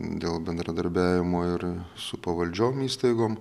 dėl bendradarbiavimo ir su pavaldžiom įstaigom